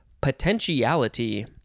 potentiality